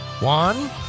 One